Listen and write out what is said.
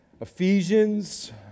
Ephesians